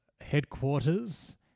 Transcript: headquarters